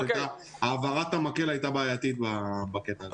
העברת המקל הייתה בעייתית בקטע הזה.